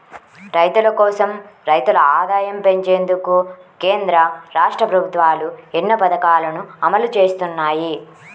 రైతుల కోసం, రైతుల ఆదాయం పెంచేందుకు కేంద్ర, రాష్ట్ర ప్రభుత్వాలు ఎన్నో పథకాలను అమలు చేస్తున్నాయి